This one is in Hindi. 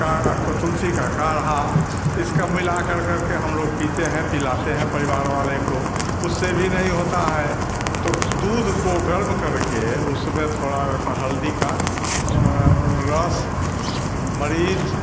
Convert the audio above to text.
का को तुलसी का काढ़ा इसका मिलाकर कर के हम लोग पीते हैं पिलाते हैं परिवार वाले को उससे भी नहीं होता है तो दूध को गर्म करके उसमें थोड़ा उसमें हल्दी का रस मतलब मरीज